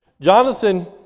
Jonathan